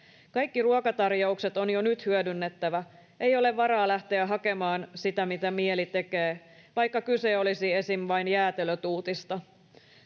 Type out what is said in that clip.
Kaikki ruokatarjoukset on jo nyt hyödynnettävä, ei ole varaa lähteä hakemaan sitä, mitä mieli tekee, vaikka kyse olisi esim. vain jäätelötuutista.